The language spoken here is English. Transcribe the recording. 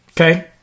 okay